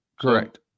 Correct